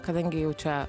kadangi jau čia